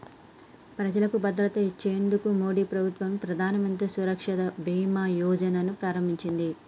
ప్రజలకు భద్రత ఇచ్చేందుకు మోడీ ప్రభుత్వం ప్రధానమంత్రి సురక్ష బీమా యోజన ను ప్రారంభించింది